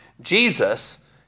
Jesus